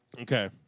Okay